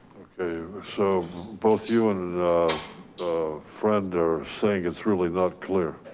okay. so both you and a friend are saying, it's really not clear